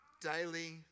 daily